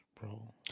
bro